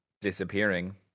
Disappearing